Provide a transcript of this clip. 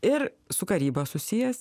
ir su karyba susijęs